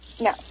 No